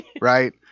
right